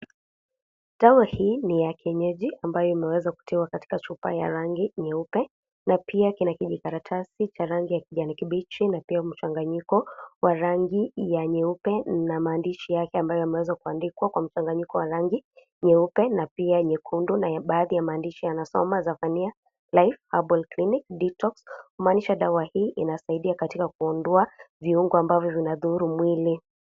Dawa hii, ni ya kienyeji, ambayo imeweza kutiwa katika chupa ya rangi nyeupe na pia kinakijikaratasi cha rangi ya kijani kibichi na pia mchanganyiko wa rangi ya nyeupe na maandishi yake ambayo ameweza kuandikwa kwa mchanganyiko wa rangi nyeupe na pia nyekundu na ya baadhi ya maandishi yanasoma Zaphania Life Herbal Clinic Detox, kumaanisha dawa hii inasaidia katika kuondoa viungo ambavyo vinadhuru mwili.